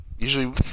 Usually